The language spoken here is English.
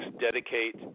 dedicate